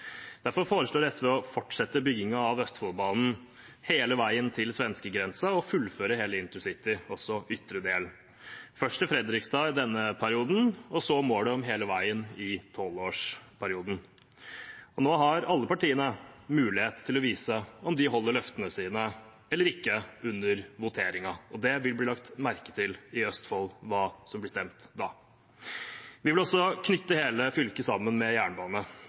Derfor foreslår SV å fortsette byggingen av Østfoldbanen hele veien til svenskegrensen og fullføre hele intercity, også ytre del – først til Fredrikstad i denne perioden, og så er målet hele veien i tolvårsperioden. Nå har alle partiene mulighet til å vise om de holder løftene sine eller ikke under voteringen. Og det vil bli lagt merke til i Østfold hvem som stemmer for hva. Vi vil også knytte hele det tidligere fylket sammen med jernbane.